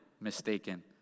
mistaken